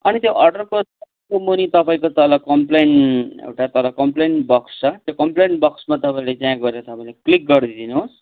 अनि त्यो अर्डरको मुनि तपाईँको तल कम्प्लेन एउटा तल कम्प्लेन बक्स छ त्यो कम्प्लेन बक्समा तपाईँले त्यहाँ गएर तपाईँले क्लिक गरिदिनुहोस्